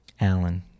Alan